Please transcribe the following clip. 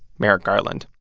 merrick garland.